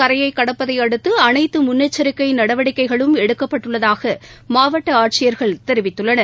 கரையை கடப்பதை அடுத்து அனைத்து முன்னெச்சரிக்கை நடவடிக்கைகளும் புயல் எடுக்கப்பட்டுள்ளதாக மாவட்ட ஆட்சியர்கள் தெரிவித்துள்ளனர்